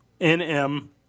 N-M